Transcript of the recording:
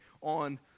on